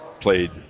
played